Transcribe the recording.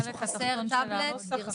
בחלק התחתון של העמוד.